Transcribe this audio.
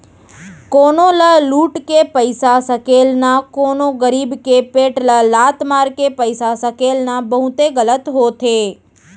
कोनो ल लुट के पइसा सकेलना, कोनो गरीब के पेट ल लात मारके पइसा सकेलना बहुते गलत होथे